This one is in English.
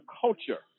culture